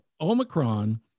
Omicron